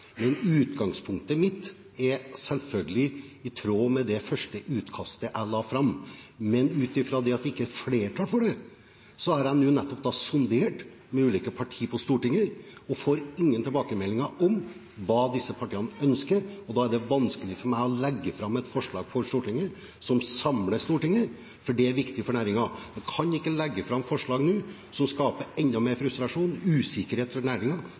Utgangspunktet mitt er selvfølgelig i tråd med det første utkastet jeg la fram, men nettopp ut fra det at det ikke var flertall for det, har jeg sondert med ulike partier på Stortinget. Jeg får ingen tilbakemeldinger om hva disse partiene ønsker, og da er det vanskelig for meg å legge fram et forslag for Stortinget som samler Stortinget, noe som er viktig for næringen. Vi kan ikke legge fram forslag nå som skaper enda mer frustrasjon og usikkerhet